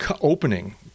opening